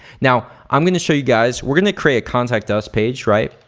now, i'm gonna show you guys. we're gonna create a contact us page, right?